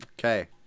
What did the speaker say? Okay